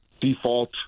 default